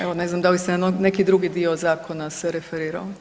Evo ne znam da li se na neki drugi dio zakona se referirao.